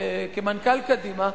כמנכ"ל קדימה: